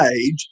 age